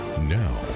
Now